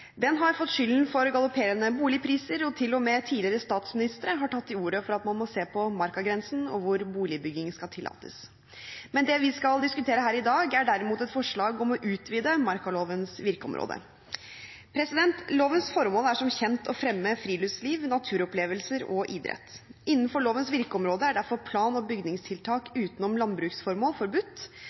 Den har fått skylden for galopperende boligpriser, og til og med tidligere statsministre har tatt til orde for at man må se på markagrensen, og på hvor boligbygging skal tillates. Det vi skal diskutere her i dag, er derimot et forslag om å utvide markalovens virkeområde. Lovens formål er som kjent å fremme friluftsliv, naturopplevelser og idrett. Innenfor lovens virkeområde er derfor plan- og bygningstiltak utenom landbruksformål forbudt,